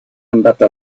andata